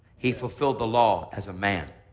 he fulfilled the law as a man.